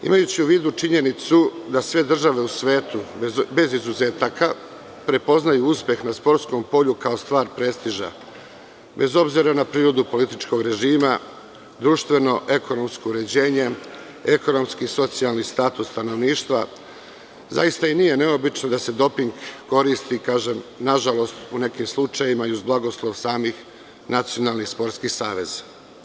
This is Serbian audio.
Imajući u vidu činjenicu da sve države u svetu, bez izuzetaka, prepoznaju uspeh na sportskom polju, kao stvar prestiža, bez obzir na prirodu političkog režima, društveno-ekonomsko uređenje, ekonomski i socijalni status stanovništva, zaista i nije neobično da se doping koristi, na žalost, u nekim slučajevima, i uz blagoslov samih nacionalnih sportskih saveza.